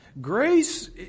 Grace